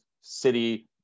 city